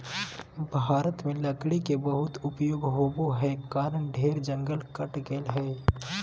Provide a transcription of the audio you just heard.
भारत में लकड़ी के बहुत उपयोग होबो हई कारण ढेर जंगल कट गेलय हई